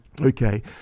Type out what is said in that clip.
okay